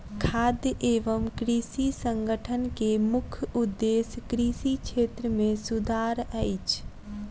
खाद्य एवं कृषि संगठन के मुख्य उदेश्य कृषि क्षेत्र मे सुधार अछि